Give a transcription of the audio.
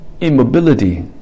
immobility